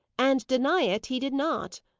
and, deny it, he did not.